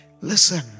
Listen